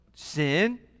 Sin